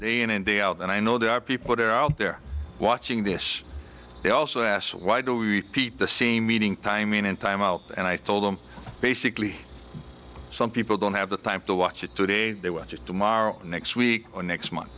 listen in and day out and i know there are people there out there watching this they also ask why do we keep the same meeting timing in time out and i told them basically some people don't have the time to watch it today they watch it tomorrow next week or next month